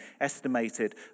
estimated